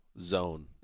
zone